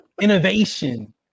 innovation